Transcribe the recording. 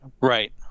right